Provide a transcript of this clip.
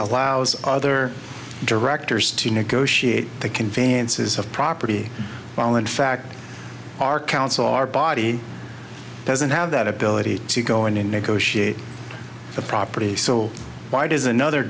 allows other directors to negotiate the conveyances of property well in fact our council our body doesn't have that ability to go in and negotiate the property so why does another